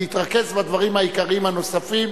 להתרכז בדברים העיקריים הנוספים.